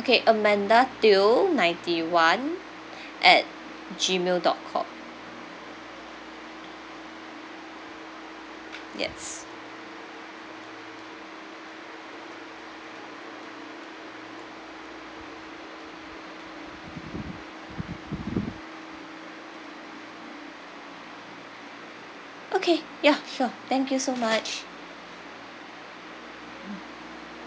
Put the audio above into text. okay amanda teo ninety one at gmail dot com yes okay ya sure thank you so much